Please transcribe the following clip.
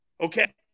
Okay